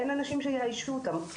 אין אנשים שיאיישו אותם.